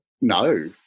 No